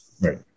Right